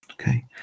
Okay